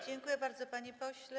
Dziękuję bardzo, panie pośle.